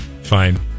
Fine